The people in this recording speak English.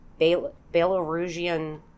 Belarusian